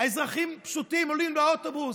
אזרחים פשוטים עולים לאוטובוס,